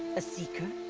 a seeker?